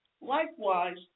Likewise